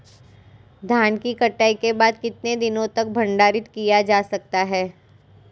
धान की कटाई के बाद कितने दिनों तक भंडारित किया जा सकता है?